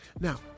Now